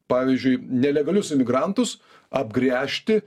pavyzdžiui nelegalius imigrantus apgręžti